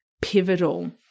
pivotal